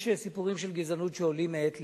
יש סיפורים של גזענות שעולים מעת לעת,